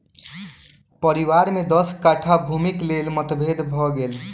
परिवार में दस कट्ठा भूमिक लेल मतभेद भ गेल